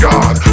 God